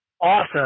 awesome